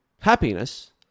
happiness